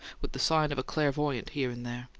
with the sign of a clairvoyant here and there.